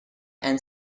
and